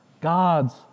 God's